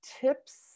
tips